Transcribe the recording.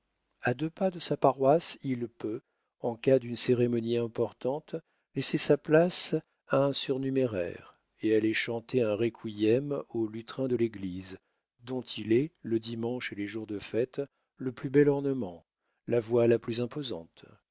a deux pas de sa paroisse il peut en cas d'une cérémonie importante laisser sa place à un surnuméraire et aller chanter un requiem au lutrin de l'église dont il est le dimanche et les jours de fête le plus bel ornement la voix la plus imposante